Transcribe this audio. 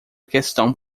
questão